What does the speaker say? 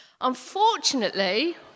Unfortunately